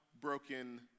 broken